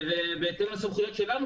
בהתאם לסמכויות שלנו,